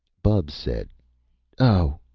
bubs said oh,